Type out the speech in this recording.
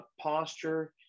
posture